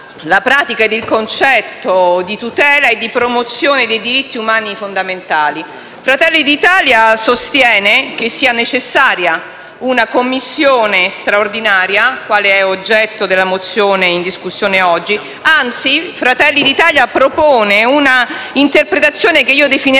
la pratica e il concetto di tutela e di promozione dei diritti umani fondamentali. Fratelli d'Italia sostiene che sia necessaria una Commissione straordinaria quale quella oggetto della mozione in discussione, anzi proponiamo una interpretazione che io definirei